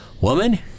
woman